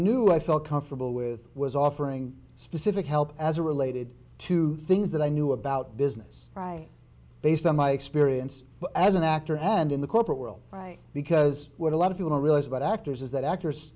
knew i felt comfortable with was offering specific help as a related to things that i knew about business based on my experience as an actor and in the corporate world because what a lot of people don't realize about actors is that actors